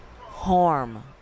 harm